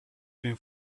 been